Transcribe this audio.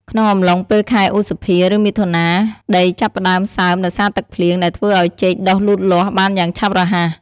ក្នុងអំឡុងពេលខែឧសភា ឬមិថុនា ដីចាប់ផ្តើមសើមដោយសារទឹកភ្លៀងដែលធ្វើឱ្យចេកដុះលូតលាស់បានយ៉ាងឆាប់រហ័ស។